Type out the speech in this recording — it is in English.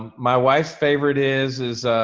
um my wife's favorite is is